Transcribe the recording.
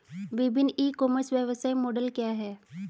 विभिन्न e commerce व्यवसाय model क्या हैं?